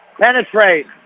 Penetrate